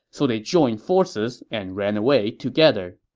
so they joined forces and ran away together.